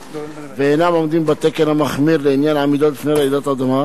ואינם עומדים בתקן המחמיר לעניין עמידה בפני רעידת אדמה,